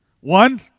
One